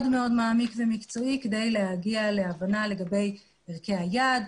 מאוד מעמיק ומקצועי כדי להגיע להבנה לגבי ערכי היעד,